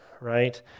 right